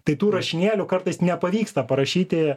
tai tų rašinėlių kartais nepavyksta parašyti